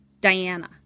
Diana